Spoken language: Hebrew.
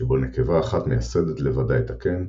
שבו נקבה אחת מייסדת לבדה את הקן,